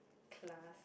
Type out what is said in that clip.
class